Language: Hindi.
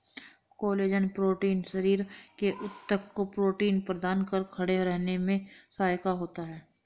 कोलेजन प्रोटीन शरीर के ऊतक को प्रोटीन प्रदान कर खड़े रहने में सहायक होता है